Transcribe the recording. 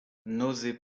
nausées